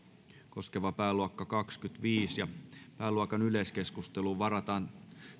koskeva pääluokka kahdennenkymmenennenviidennen pääluokan yleiskeskusteluun varataan